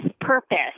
purpose